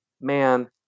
Man